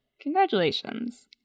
Congratulations